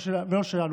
ולא שלנו.